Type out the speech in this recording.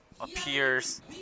appears